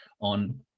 on